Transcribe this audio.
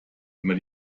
immer